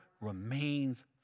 remains